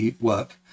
work